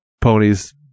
ponies